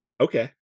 okay